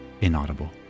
Inaudible